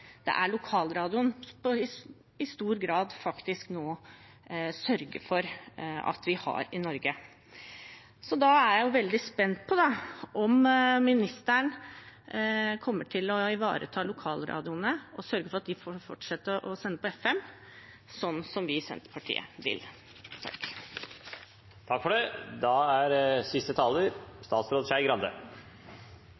lokalradioen nå i stor grad sørger for at vi har i Norge. Jeg er veldig spent på om statsråden kommer til å ivareta lokalradioene og sørger for at de får fortsette å sende på FM, sånn som vi i Senterpartiet vil. Hvis man går inn i arkivene i dette huset og finner det siste